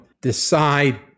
decide